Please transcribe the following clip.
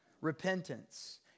repentance